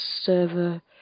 server